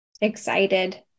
excited